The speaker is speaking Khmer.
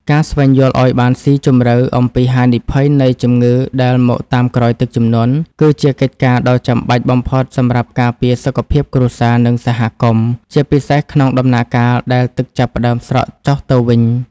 ការស្វែងយល់ឱ្យបានស៊ីជម្រៅអំពីហានិភ័យនៃជំងឺដែលមកតាមក្រោយទឹកជំនន់ គឺជាកិច្ចការដ៏ចាំបាច់បំផុតសម្រាប់ការពារសុខភាពគ្រួសារ និងសហគមន៍ ជាពិសេសក្នុងដំណាក់កាលដែលទឹកចាប់ផ្តើមស្រកចុះទៅវិញ។